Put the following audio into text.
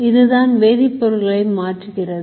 இதுதான் வேதிப்பொருள்களை மாற்றுகிறது